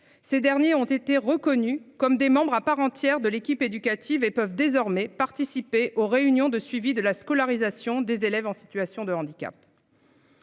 Ces derniers ont été reconnues comme des membres à part entière de l'équipe éducative et peuvent désormais participer aux réunions de suivi de la scolarisation des élèves en situation de handicap.--